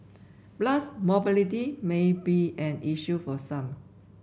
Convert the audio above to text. plus mobility may be an issue for some